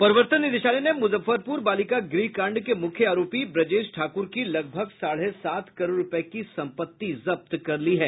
प्रवर्तन निदेशालय ने मुजफ्फरपुर बालिका गृह कांड के मुख्य आरोपी ब्रजेश ठाकुर की लगभग साढ़े सात करोड़ रूपये की संपत्ति जब्त कर ली है